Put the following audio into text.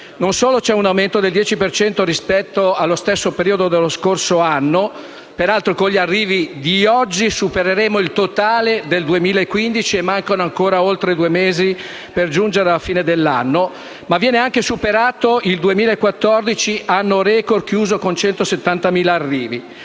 Non solo c'è un aumento del 10 per cento rispetto allo stesso periodo dello scorso anno (peraltro, con gli arrivi di oggi supereremo il totale del 2015 e mancano ancora oltre due mesi per giungere alla fine dell'anno), ma viene anche superato il 2014, anno *record*, chiuso con 170.000 arrivi.